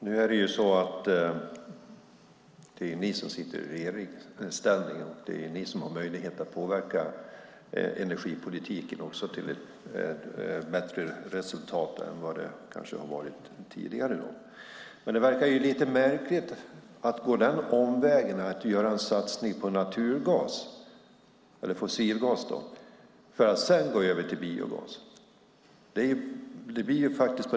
Herr talman! Nu är det ju ni som sitter i regeringsställning och har möjlighet att påverka energipolitiken till något bättre än det kanske var tidigare. Det är lite märkligt att gå omvägen och satsa på naturgas, eller fossilgas, för att sedan gå över till biogas.